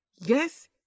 Yes